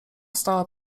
stała